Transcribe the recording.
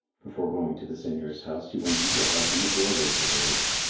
before going to the seigneur's house he went into a house on the border of the village.